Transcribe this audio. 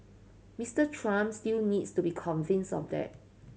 Mister Trump still needs to be convinces of there